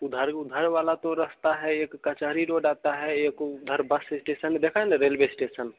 उधर उधर वाला तो रास्ता है एक कचहरी रोड आता है एक उधर बस स्टेसन देखा है न रेलवे स्टेसन